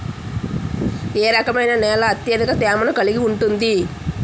ఏ రకమైన నేల అత్యధిక తేమను కలిగి ఉంటుంది?